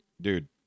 dude